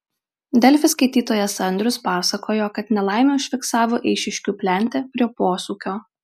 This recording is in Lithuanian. delfi skaitytojas andrius pasakojo kad nelaimę užfiksavo eišiškių plente prie posūkio